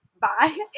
Bye